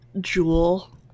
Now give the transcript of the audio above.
Jewel